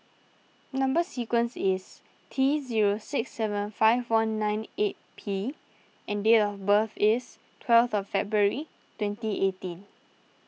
Number Sequence is T zero six seven five one nine eight P and date of birth is twelve of February twenty eighteen